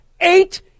eight